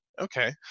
Okay